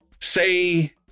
Say